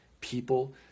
people